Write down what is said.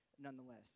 Nonetheless